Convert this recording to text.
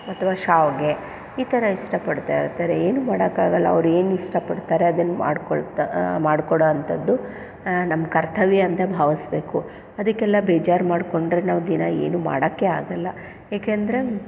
ಅಥವಾ ಶ್ಯಾವಿಗೆ ಈ ಥರ ಇಷ್ಟಪಡ್ತಾಯಿರ್ತಾರೆ ಏನೂ ಮಾಡಕ್ಕಾಗಲ್ಲ ಅವ್ರು ಏನು ಇಷ್ಟಪಡ್ತಾರೆ ಅದನ್ನು ಮಾಡ್ಕೊಳ್ತಾ ಮಾಡಿಕೊಡೊ ಅಂತದ್ದು ನಮ್ಮ ಕರ್ತವ್ಯ ಅಂತ ಭಾವಿಸಬೇಕು ಅದಕ್ಕೆಲ್ಲ ಬೇಜಾರು ಮಾಡ್ಕೊಂಡರೆ ನಾವು ದಿನ ಏನು ಮಾಡಕ್ಕೇ ಆಗಲ್ಲ ಏಕೆಂದರೆ